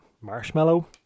marshmallow